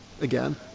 again